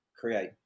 create